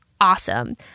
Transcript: awesome